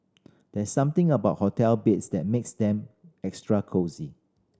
there's something about hotel beds that makes them extra cosy